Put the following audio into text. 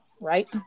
right